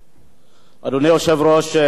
אדוני היושב-ראש, חברי הכנסת,